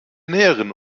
näheren